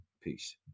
Peace